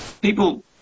people